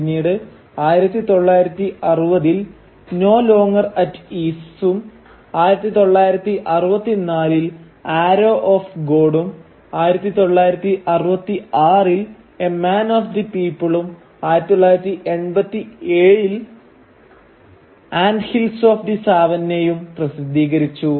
പിന്നീട് 1960 ൽ no longer at ഈസും 1964 ൽ ആരോ ഓഫ് ഗോഡും 1966 ൽ എ മാൻ ഓഫ് ദി പീപ്പിളും 1987 ൽ ആന്റ് ഹിൽസ് ഓഫ് സാവന്നയും പ്രസിദ്ധീകരിച്ചു